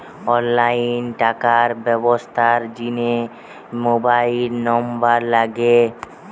online টাকার ব্যবস্থার জিনে মোবাইল নম্বর লাগে